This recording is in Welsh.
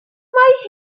mae